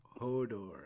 Hodor